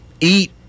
eat